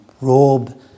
Robe